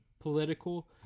political